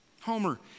Homer